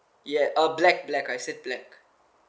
yeah uh black black I said black